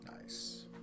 Nice